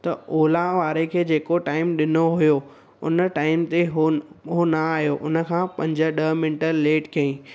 त ओला वारे खे जेको टाइम ॾिनो हुयो उन टाइम ते उहो न उहो न आयो उन खां पंज ॾह मिंट लेट कयईं